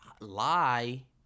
lie